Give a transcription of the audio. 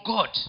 God